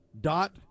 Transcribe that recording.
dot